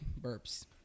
burps